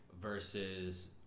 versus